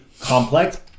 complex